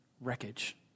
wreckage